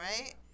right